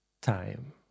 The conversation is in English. time